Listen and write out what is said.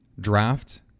draft